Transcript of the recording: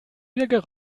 wieder